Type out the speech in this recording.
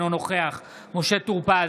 אינו נוכח משה טור פז,